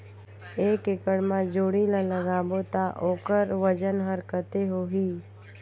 एक एकड़ मा जोणी ला लगाबो ता ओकर वजन हर कते होही?